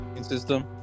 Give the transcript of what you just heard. system